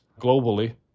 globally